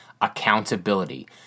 accountability